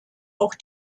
auch